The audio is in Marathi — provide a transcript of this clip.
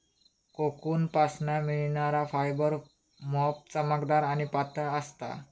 कोकूनपासना मिळणार फायबर मोप चमकदार आणि पातळ असता